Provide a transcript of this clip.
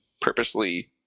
purposely